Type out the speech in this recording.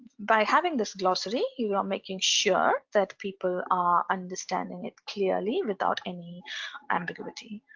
by having this glossary you are making sure that people are understanding it clearly without any ambiguity.